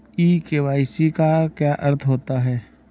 ई KYC का क्या अर्थ होता है?